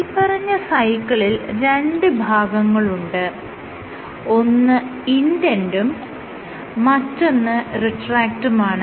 മേല്പറഞ്ഞ സൈക്കിളിൽ രണ്ട് ഭാഗങ്ങളുണ്ട് ഒന്ന് ഇൻഡന്റും മറ്റൊന്ന് റിട്രാക്ടുമാണ്